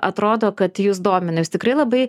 atrodo kad jus domina jūs tikrai labai